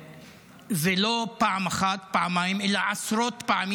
ולא פעם אחת, פעמיים, אלא עשרות פעמים.